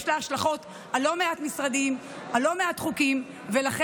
יש לה השלכות על לא מעט משרדים, על לא מעט חוקים.